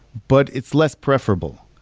but it's less preferable.